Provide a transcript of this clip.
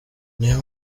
niyo